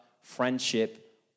friendship